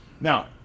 Now